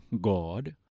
God